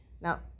Now